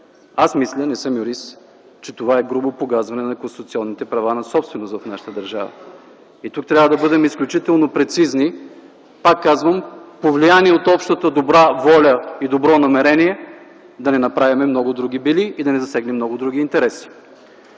Аз мисля, не съм юрист, че това е грубо погазване на конституционните права на собственост в нашата държава. Тук трябва да бъдем изключително прецизни, пак казвам, повлияни от общата добра воля и добро намерение да не направим много други бели и да не засегнем много други интереси.